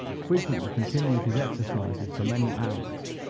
frequently continues his exercises for many hours,